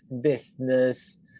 business